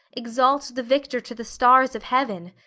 exalt the victor to the stars of heaven.